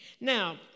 Now